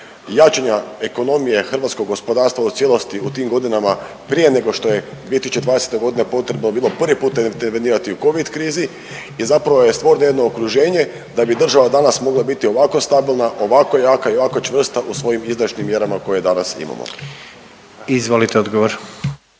jačanja ekonomije hrvatskog gospodarstva u cijelosti u tim godinama prije nego što je 2020.g. potrebno bilo prvi intervenirati u covid krizi i zapravo je stvoreno jedno okruženje da bi država danas mogla biti ovako stabilna, ovako jaka i ovako čvrsta u svojim izdašnim mjerama koje danas imamo. **Jandroković,